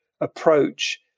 approach